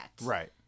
right